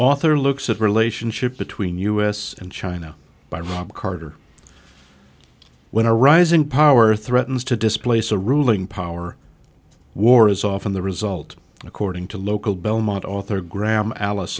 author looks at relationship between u s and china by rob carter when a rise in power threatens to displace a ruling power war is often the result according to local belmont author graham al